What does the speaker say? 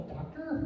Doctor